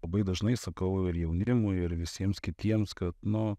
labai dažnai sakau ir jaunimui ir visiems kitiems kad nu